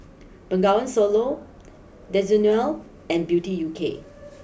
Bengawan Solo Desigual and Beauty U K